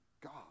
God